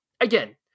again